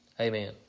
amen